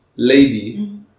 Lady